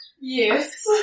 Yes